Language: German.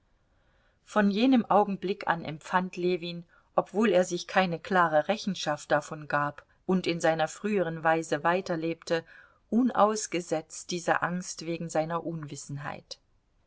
von jenem augenblick an empfand ljewin obwohl er sich keine klare rechenschaft davon gab und in seiner früheren weise weiterlebte unausgesetzt diese angst wegen seiner unwissenheit